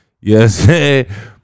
yes